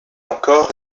encore